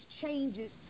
changes